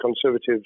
Conservatives